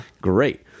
great